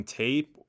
tape